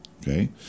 Okay